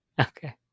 Okay